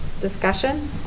Discussion